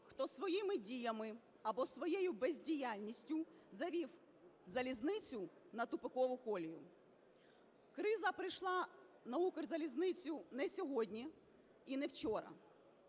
хто своїми діями або своєю бездіяльністю завів залізницю на тупикову колію. Криза прийшла на Укрзалізницю не сьогодні і не вчора.